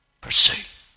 pursue